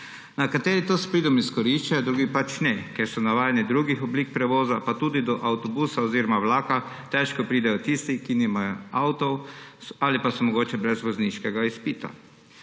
Nekateri to s pridom izkoriščajo, drugi pač ne, ker so navajeni drugih oblik prevoza, pa tudi do avtobusa oziroma vlaka težko pridejo tisti, ki nimajo avtov ali pa so mogoče brez vozniškega izpita.